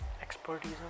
expertise